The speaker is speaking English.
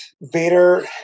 Vader